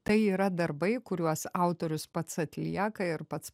tai yra darbai kuriuos autorius pats atlieka ir pats